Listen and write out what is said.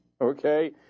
okay